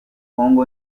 kong